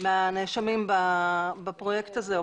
מהנאשמים בפרויקט הזה שהוא